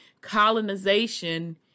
colonization